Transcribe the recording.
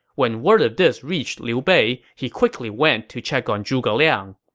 when word of this reached liu bei, he quickly went to check on zhuge liang.